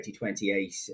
2028